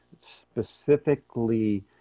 specifically